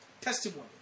testimony